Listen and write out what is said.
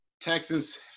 Texas